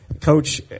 Coach